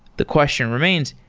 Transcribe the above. the question remains,